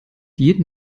jeden